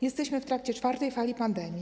Jesteśmy w trakcie czwartej fali pandemii.